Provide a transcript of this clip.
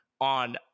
On